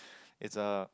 it's a